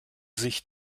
sich